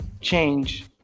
change